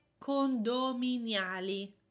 condominiali